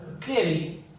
clearly